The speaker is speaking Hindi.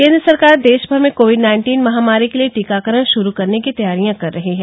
केन्द्र सरकार देशभर में कोविड नाइन्टीन महामारी के लिए टीकाकरण श्रू करने की तैयारियां कर रही है